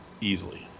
easily